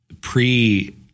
pre-